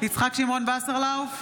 יצחק שמעון וסרלאוף,